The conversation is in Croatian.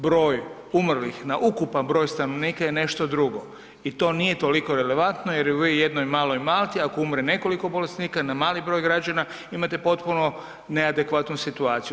Broj umrlih na ukupan broj stanovnika je nešto drugo i to nije toliko relevantno jer je u jednom maloj Malti ako umre nekoliko bolesnika na mali broj građana imate potpuno neadekvatnu situaciju.